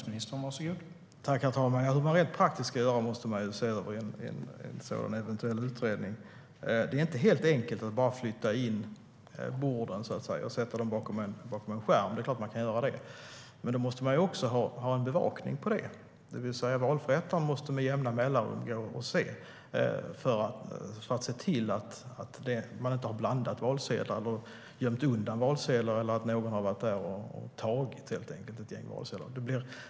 Herr talman! Hur man rent praktiskt ska göra måste man ju se över i en eventuell utredning. Det är inte helt enkelt att bara flytta in borden bakom en skärm. Det är klart att man kan göra det, men då måste man också ha bevakning på det. Valförrättaren måste med jämna mellanrum gå och se efter att ingen har blandat valsedlar, gömt undan valsedlar eller helt enkelt tagit ett gäng valsedlar.